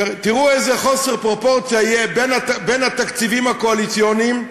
תראו איזה חוסר פרופורציה יהיה בין התקציבים הקואליציוניים,